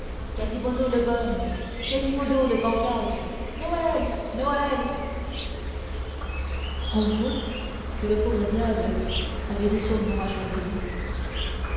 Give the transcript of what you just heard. quasimodo le borgne quasimodo le bancal noël noël on voit que le pauvre diable avait des surnoms à choisir